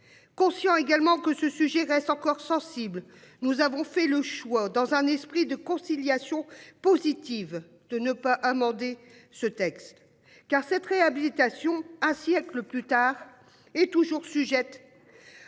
Conscient également que ce sujet reste encore sensible. Nous avons fait le choix dans un esprit de conciliation positive de ne pas amender ce texte car cette réhabilitation ah siècles plus tard, et toujours sujette.